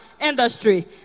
industry